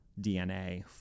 dna